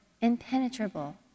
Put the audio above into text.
impenetrable